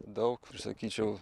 daug sakyčiau